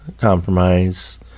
compromise